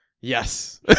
Yes